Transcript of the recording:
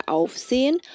Aufsehen